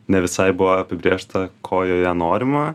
ne visai buvo apibrėžta ko joje norima